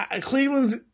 Cleveland's